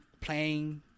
playing